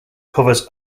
covers